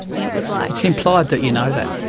it was like. it's implied that you know that.